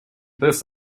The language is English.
this